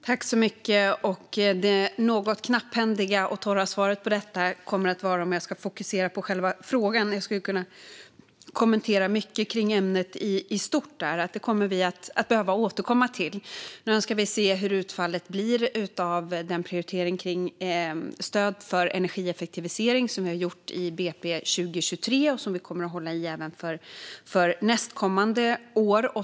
Fru talman! Det något knapphändiga och torra svaret på detta om jag ska fokusera på själva frågan - jag skulle kunna kommentera mycket om ämnet i stort - är att det kommer vi att behöva återkomma till. Nu önskar vi se vad utfallet blir av den prioritering av stöd för energieffektivisering som vi gjort i budgetpropositionen för 2023 och som vi kommer att hålla i även för nästkommande år.